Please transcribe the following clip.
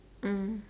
mm